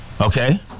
okay